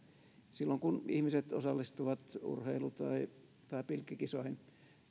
silloin kun ihmiset osallistuvat urheilu tai tai pilkkikisoihin